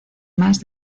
más